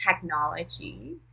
technology